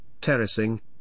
terracing